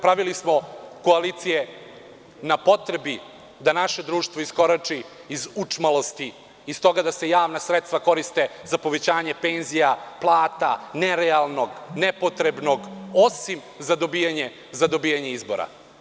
Pravili smo koalicije na potrebi da naše društvo iskorači iz učmalosti, iz toga da se javna sredstva koriste za povećanje penzija, plata, nerealnog, nepotrebnog, osim za dobijanje izbora.